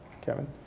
Kevin